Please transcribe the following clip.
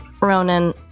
Ronan